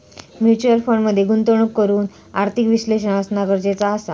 mutual फंड मध्ये गुंतवणूक करूक आर्थिक विश्लेषक असना गरजेचा असा